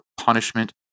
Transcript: punishment